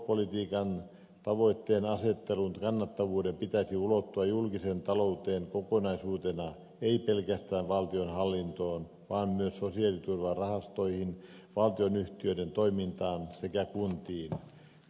talouspolitiikan tavoitteenasettelun pitäisi ulottua julkiseen talouteen kokonaisuutena ei pelkästään valtionhallintoon vaan myös sosiaaliturvarahastoihin valtionyhtiöiden toimintaan sekä kuntiin